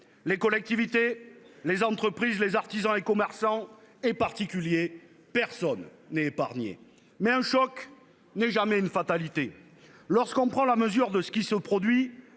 les collectivités, les entreprises, les artisans, les commerçants, les particuliers, nul n'est épargné. Mais un choc n'est jamais une fatalité. Lorsque l'on prend la mesure de ce qui se produit